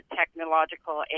technological